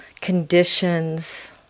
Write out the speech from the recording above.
conditions